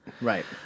Right